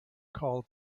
called